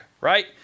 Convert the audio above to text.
right